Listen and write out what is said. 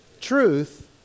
truth